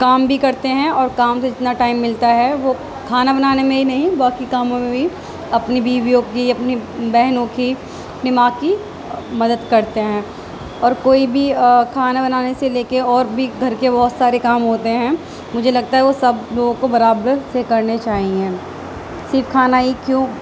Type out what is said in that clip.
کام بھی کرتے ہیں اور کام سے جتنا ٹائم ملتا ہے وہ کھانا بنانے میں ہی نہیں باقی کاموں بھی اپنی بیویوں کی اپنی بہنوں کی اپنی ماں کی مدد کرتے ہیں اور کوئی بھی کھانا بنانے سے لے کے اور بھی گھر کے بہت سارے کام ہوتے ہیں مجھے لگتا ہے وہ سب لوگوں کو برابر سے کرنے چاہیئیں صرف کھانا ہی کیوں